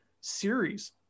series